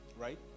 Right